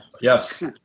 Yes